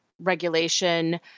regulation